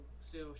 sell